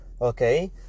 Okay